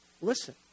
Listen